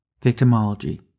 Victimology